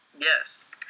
Yes